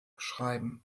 schreiben